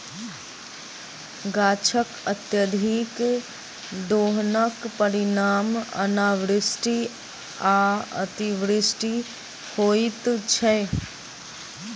गाछकअत्यधिक दोहनक परिणाम अनावृष्टि आ अतिवृष्टि होइत छै